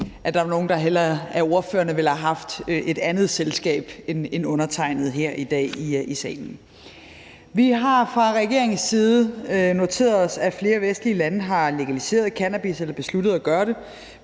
at der var nogle af ordførerne, der hellere ville have haft et andet selskab end undertegnede her i dag i salen. Vi har fra regeringens side noteret os, at flere vestlige lande har legaliseret cannabis eller har besluttet at gøre det,